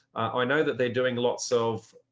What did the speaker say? i know that they're doing lots of